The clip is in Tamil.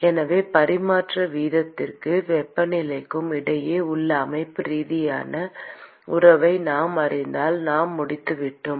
எனவே பரிமாற்ற வீதத்திற்கும் வெப்பநிலைக்கும் இடையே உள்ள அமைப்புரீதியான உறவை நாம் அறிந்தால் நாம் முடித்துவிட்டோம்